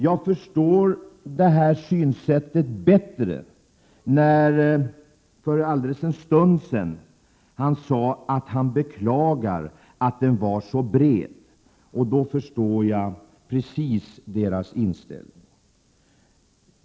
Jag förstår detta synsätt bättre när man för en stund sedan sade att man beklagar att överenskommelsen blev så bred. Då förstår jag precis moderaternas inställning.